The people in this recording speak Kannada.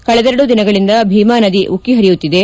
ಕಳೆದೆರಡು ದಿನಗಳಿಂದ ಭೀಮಾ ನದಿ ಉಕ್ಕ ಪರಿಯುತ್ತಿದೆ